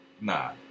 Nah